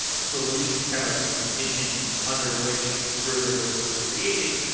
solutions, kind of like the conditions under which rubrik was created.